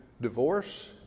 divorce